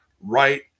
right